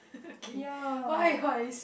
yeah